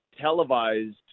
televised